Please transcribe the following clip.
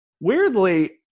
weirdly